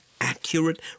accurate